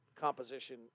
composition